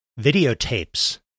videotapes